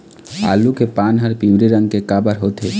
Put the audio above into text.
आलू के पान हर पिवरी रंग के काबर होथे?